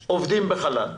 מול עובדים בחל"ת.